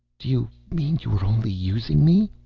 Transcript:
do you mean you were only using me?